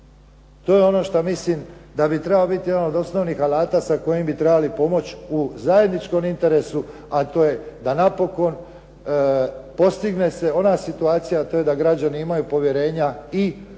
To je ono što mislim da bi trebao biti jedan od osnovnih alata sa kojim bi trebali pomoći u zajedničkom interesu, a to je da napokon postigne se ona situacija, a to je da građani imaju povjerenja i u